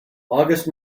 august